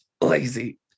lazy